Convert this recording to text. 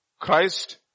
Christ